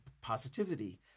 positivity